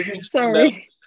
sorry